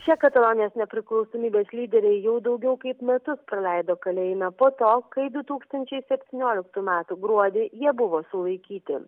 šie katalonijos nepriklausomybės lyderiai jau daugiau kaip metus praleido kalėjime po to kai du tūkstančiai septynioliktų metų gruodį jie buvo sulaikyti